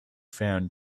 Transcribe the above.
found